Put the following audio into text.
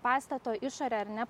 pastato išorė ar ne